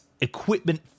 equipment